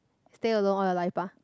stay alone all your life bah